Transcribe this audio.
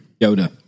Yoda